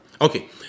Okay